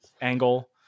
angle